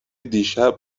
دیشب